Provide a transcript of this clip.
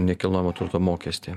nekilnojamo turto mokestį